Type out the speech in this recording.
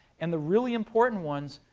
and the really important ones,